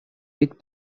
with